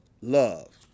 love